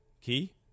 Key